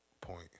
point